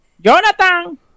Jonathan